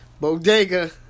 Bodega